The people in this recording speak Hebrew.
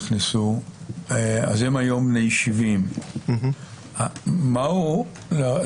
היום הם בני 70. לדעתכם,